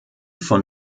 von